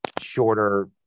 shorter